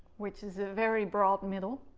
which is a very broad middle.